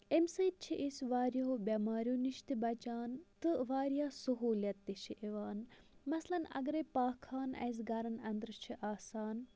امہ سۭتۍ چھِ أسۍ واریاہَو بیٚمارٮ۪و نِش تہِ بَچان تہٕ واریاہ سہولیت تہِ چھِ یِوان مَثلاً اَگَرے پاک خانہ اَسہِ گَرَن اندرٕ چھِ آسان